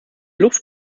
luft